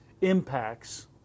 impacts